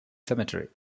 cemetery